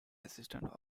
assistant